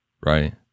Right